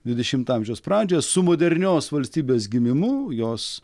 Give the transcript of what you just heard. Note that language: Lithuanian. dvidešimto amžiaus pradžioje su modernios valstybės gimimu jos